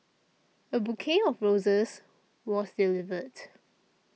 a bouquet of roses was delivered